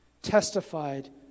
Testified